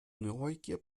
neugier